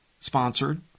sponsored